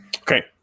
Okay